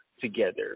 together